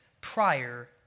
prior